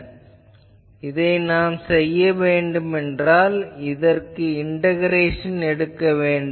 நான் இதை செய்ய வேண்டுமென்றால் இந்த இண்டகரேசன் செய்ய வேண்டும்